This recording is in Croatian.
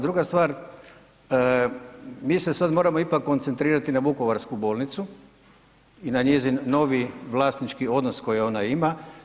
Druga stvar mi se sada moramo ipak koncentrirati na Vukovarsku bolnicu i na njezin novi vlasnički odnos koji ona ima.